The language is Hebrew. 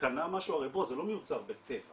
קנה משהו, הרי בואו, זה לא מיוצר ב"טבע",.